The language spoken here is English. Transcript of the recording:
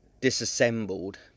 disassembled